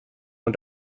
und